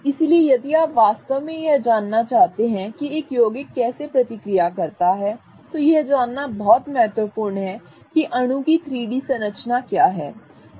इसलिए यदि आप वास्तव में यह जानना चाहते हैं कि एक यौगिक कैसे प्रतिक्रिया करता है तो यह जानना बहुत महत्वपूर्ण है कि अणु की 3 डी संरचना क्या है